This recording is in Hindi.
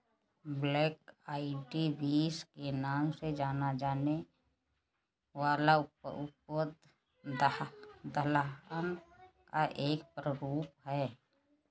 ब्लैक आईड बींस के नाम से जाना जाने वाला उत्पाद दलहन का एक प्रारूप है